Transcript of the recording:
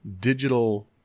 digital